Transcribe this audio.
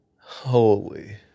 Holy